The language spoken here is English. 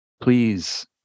please